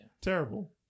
Terrible